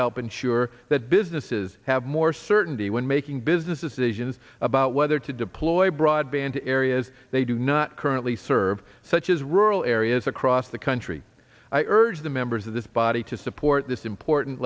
help ensure that businesses have more certainty when making business decisions about whether to deployed broadband areas they do not currently serve such as rural areas across the country i urge the members of this body to support this important